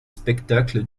spectacles